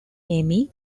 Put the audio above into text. amy